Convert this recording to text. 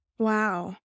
Wow